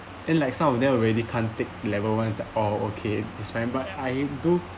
and like some of them already can't take level ones that oh okay it's fine but I do